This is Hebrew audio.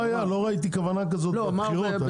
לא ראיתי כוונה כזו בבחירות.